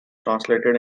translated